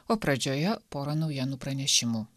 o pradžioje pora naujienų pranešimų